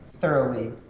thoroughly